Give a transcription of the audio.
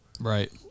Right